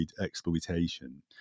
exploitation